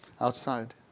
Outside